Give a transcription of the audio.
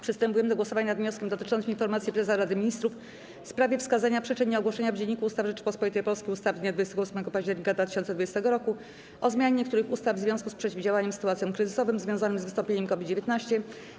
Przystępujemy do głosowania nad wnioskiem dotyczącym Informacji Prezesa Rady Ministrów w sprawie wskazania przyczyn nieogłoszenia w Dzienniku Ustaw Rzeczypospolitej Polskiej ustawy z dnia 28 października 2020 r. o zmianie niektórych ustaw w związku z przeciwdziałaniem sytuacjom kryzysowym związanym z wystąpieniem COVID-19.